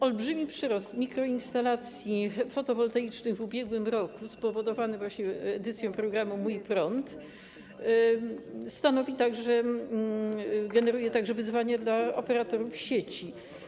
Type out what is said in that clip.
Olbrzymi przyrost mikroinstalacji fotowoltaicznych w ubiegłym roku, spowodowany właśnie edycją programu „Mój prąd”, generuje także wyzwanie dla operatorów sieci.